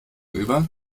über